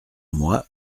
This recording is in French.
moi